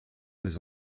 des